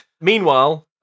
meanwhile